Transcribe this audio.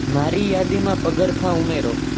મારી યાદીમાં પગરખાં ઉમેરો